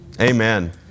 Amen